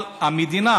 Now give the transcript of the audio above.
אבל המדינה,